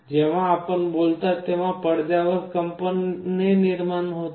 जेव्हा आपण बोलता तेव्हा पडद्यावर कंपने निर्माण होतात